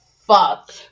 Fuck